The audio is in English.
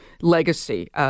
legacy